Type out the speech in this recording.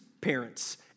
parents